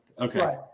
okay